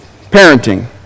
Parenting